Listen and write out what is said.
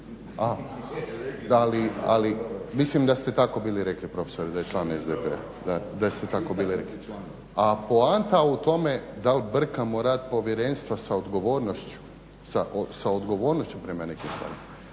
mislim da ste tako bili rekli prof. da je član SDP-a. A poanta u tome da li brkamo rad povjerenstva sa odgovornošću prema nekim stvarima